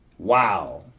Wow